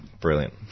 brilliant